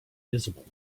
visible